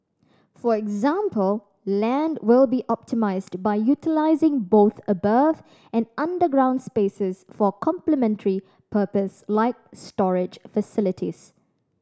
for example land will be optimised by utilising both above and underground spaces for complementary purpose like storage facilities